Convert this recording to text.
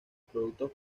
productos